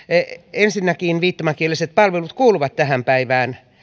ensinnäkin viittomakieliset palvelut kuuluvat tähän päivään